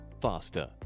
faster